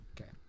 Okay